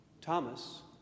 Thomas